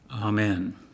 amen